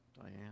Diane